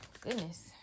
goodness